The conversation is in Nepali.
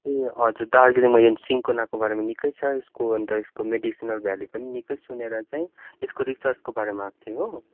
ए हजुर दार्जिलिङमा यहाँ सिन्कोनाको बारेमा निकै छ यसको अन्त यसको मेडिसिनल भ्याल्यू पनि निक्कै सुनेर चाहिँ यसको रिसर्चको बारेमा आएको थिएँ हो